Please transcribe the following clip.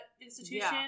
institution